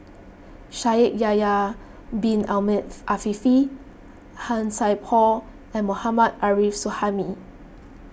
Shaikh Yahya Bin Ahmed Afifi Han Sai Por and Mohammad Arif Suhaimi